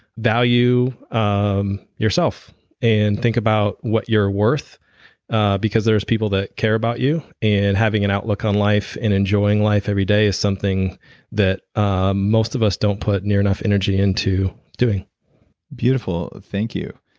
value um yourself and think about what you're worth because there's people that care about you and having an outlook on life and enjoying life everyday is something that ah most of us don't put near enough energy into doing beautiful thank you.